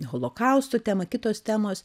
holokausto tema kitos temos